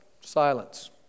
Silence